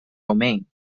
domain